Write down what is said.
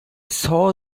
saw